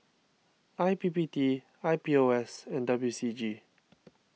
I P P T I P O S and W C G